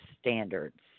standards